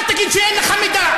אל תגיד שאין לך מידע.